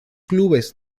clubes